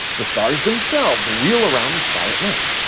the stars themselves wheel around the sky at night.